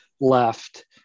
left